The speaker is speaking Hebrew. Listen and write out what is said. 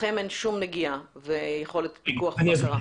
לכן אין שום נגיעה ויכולת פיקוח ובקרה.